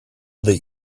that